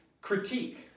critique